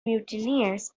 mutineers